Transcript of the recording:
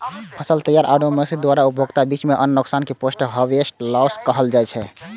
फसल तैयारी आ मनुक्ख द्वारा उपभोगक बीच अन्न नुकसान कें पोस्ट हार्वेस्ट लॉस कहल जाइ छै